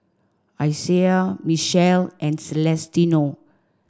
Isiah Michele and Celestino